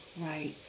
Right